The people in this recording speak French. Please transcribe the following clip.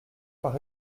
par